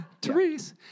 Teresa